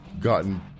gotten